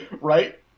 Right